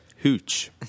Hooch